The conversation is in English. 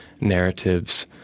narratives